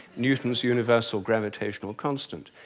newton's universal gravitational constant.